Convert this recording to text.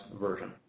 version